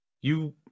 You-